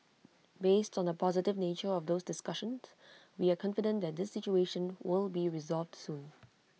based on the positive nature of those discussions we are confident that this situation will be resolved soon